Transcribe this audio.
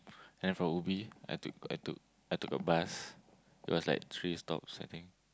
and from ubi I took I took I took a bus it was like three stops I think